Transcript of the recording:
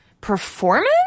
performance